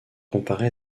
comparé